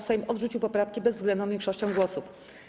Sejm odrzucił poprawki bezwzględną większością głosów.